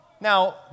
Now